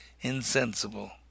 insensible